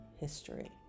history